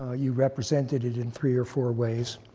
ah you represented it in three or four ways.